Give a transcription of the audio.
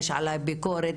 יש עליי ביקורת,